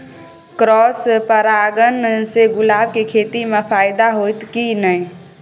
Cross परागण से गुलाब के खेती म फायदा होयत की नय?